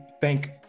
thank